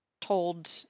told